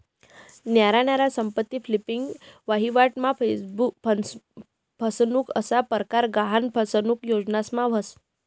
न्यारा न्यारा संपत्ती फ्लिपिंग, वहिवाट मा फसनुक असा परकार गहान फसनुक योजनास मा व्हस